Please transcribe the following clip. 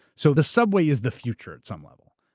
so the subway is the future at some level.